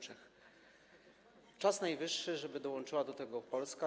Czas najwyższy, żeby dołączyła do tego Polska.